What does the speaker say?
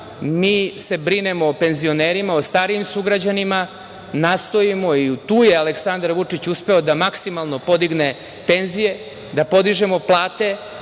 mi se brinemo o penzionerima, o starijim sugrađanima, nastojimo, i tu je Aleksandar Vučić uspeo da maksimalno podigne penzije, da podižemo plate